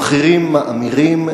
המחירים מאמירים,